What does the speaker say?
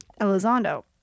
Elizondo